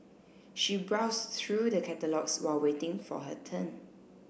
she browsed through the catalogues while waiting for her turn